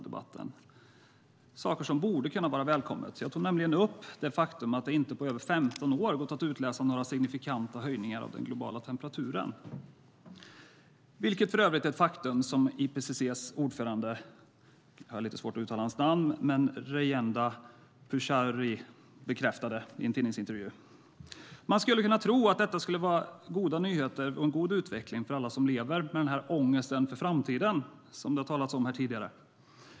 Det är saker som borde kunna vara välkommet. Jag tog nämligen upp det faktum att det inte på över 15 år har gått att utläsa några signifikanta höjningar av den globala temperaturen, vilket för övrigt är ett faktum som IPPC:s ordförande Rajendra Pachauri har bekräftat i en tidningsintervju. Man skulle kunna tro att detta skulle vara goda nyheter och en god utveckling för alla som lever med den ångest för framtiden som det har talats om här tidigare.